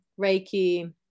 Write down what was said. Reiki